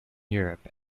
europe